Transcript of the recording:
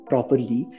Properly